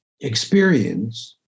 experience